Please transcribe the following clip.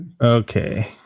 Okay